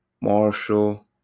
Marshall